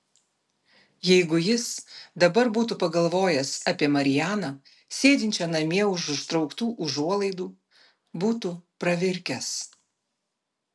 jeigu jis dabar būtų pagalvojęs apie marianą sėdinčią namie už užtrauktų užuolaidų būtų pravirkęs